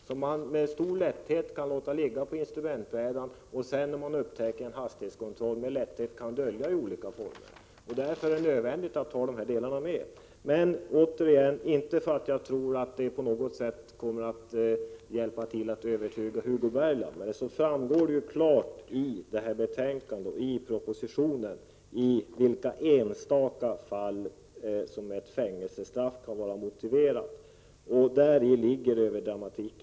En sådan radarvarnare kan man lätt låta ligga på instrumentbrädan, och när man upptäcker en hastighetskontroll kan man lätt dölja den på olika sätt. Därför är det nödvändigt att ha den här delen av förslaget med. Men återigen vill jag säga — inte för att jag tror att det på något sätt kommer att hjälpa till att övertyga Hugo Bergdahl — att det klart framgår av betänkandet och av propositionen i vilka enstaka fall ett fängelsestraff kan vara motiverat. Däri ligger dramatiken.